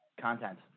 content